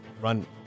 Run